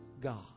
God